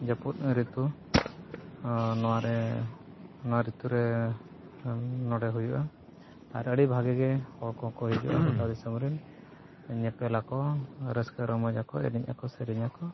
ᱡᱟᱹᱯᱩᱫ ᱨᱤᱛᱩ ᱱᱚᱣᱟᱨᱮ ᱱᱚᱣᱟ ᱨᱤᱛᱩᱨᱮ ᱱᱚᱸᱰᱮ ᱦᱩᱭᱩᱜᱼᱟ ᱟᱨ ᱟᱹᱰᱤ ᱵᱷᱟᱹᱜᱤ ᱜᱮ ᱦᱚᱲ ᱠᱚᱠᱚ ᱦᱤᱡᱩᱜᱼᱟ ᱜᱚᱴᱟ ᱫᱤᱥᱚᱢ ᱨᱮᱱ ᱧᱮᱯᱮᱞᱟᱠᱚ ᱨᱟᱹᱥᱠᱟᱹ ᱨᱚᱢᱚᱡᱟᱠᱚ ᱮᱱᱮᱡ ᱟᱠᱚ ᱥᱮᱨᱮᱧ ᱟᱠᱚ